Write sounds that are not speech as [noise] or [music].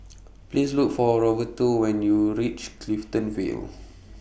[noise] Please Look For Roberto when YOU REACH Clifton Vale [noise]